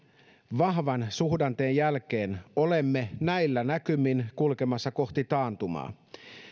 vahvan suhdanteen jälkeen olemme näillä näkymin kulkemassa kohti taantumaa